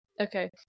Okay